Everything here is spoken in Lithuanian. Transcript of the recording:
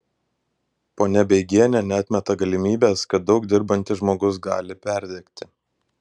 ponia beigienė neatmeta galimybės kad daug dirbantis žmogus gali perdegti